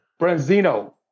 Branzino